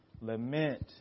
lament